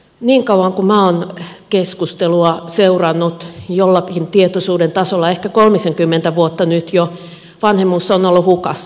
niin kauan kuin minä olen keskustelua seurannut jollakin tietoisuuden tasolla ehkä kolmisenkymmentä vuotta nyt jo vanhemmuus on ollut hukassa